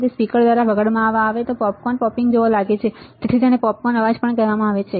અને સ્પીકર દ્વારા વગાડવામાં આવે છે તે પોપકોર્ન પોપિંગ જેવો લાગે છે અને તેથી તેને પોપકોર્ન અવાજ પણ કહેવામાં આવે છે